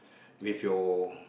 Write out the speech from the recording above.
with your